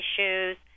issues